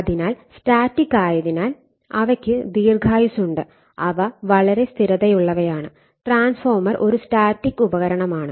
അതിനാൽ സ്റ്റാറ്റിക് ആയതിനാൽ അവയ്ക്ക് ദീർഘായുസ്സുണ്ട് അവ വളരെ സ്ഥിരതയുള്ളവയാണ് ട്രാൻസ്ഫോർമർ ഒരു സ്റ്റാറ്റിക് ഉപകരണമാണ്